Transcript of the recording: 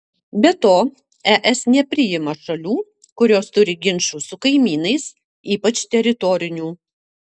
be to es nepriima šalių kurios turi ginčų su kaimynais ypač teritorinių